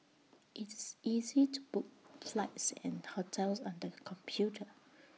it's easy to book flights and hotels on the computer